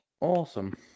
Awesome